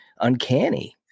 uncanny